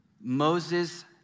Moses